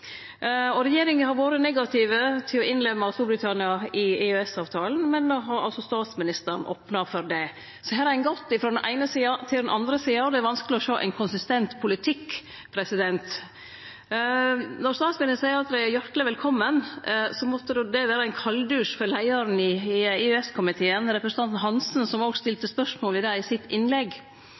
Regjeringa har vore negativ til å innlemme Storbritannia i EØS-avtalen, men då har altså statsministeren opna for det. Her har ein gått frå den eine sida til den andre, det er vanskeleg å sjå ein konsistent politikk. Når statsministeren seier at dei er hjarteleg velkomne, måtte det vere ein kalddusj for leiaren i EØS-komiteen, representanten Hansen, som òg stilte spørsmål ved det i innlegget sitt.